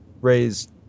raised